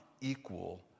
equal